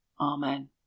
Amen